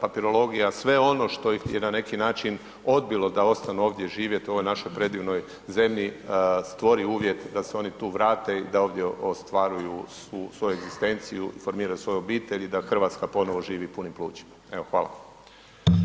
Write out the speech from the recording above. papirologija, sve ono što ih je na neki način odbilo da ostanu ovdje živjet u ovoj našoj predivnoj zemlji, stvori uvjet da se oni tu vrate i da ovdje ostvaruju svoju egzistenciju i formiraju svoju obitelj i da Hrvatska ponovno živi punim plućima.